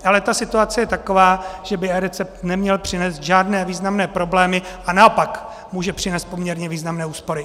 Ale ta situace je taková, že by eRecept neměl přinést žádné významné problémy a naopak může přinést poměrně významné úspory.